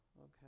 okay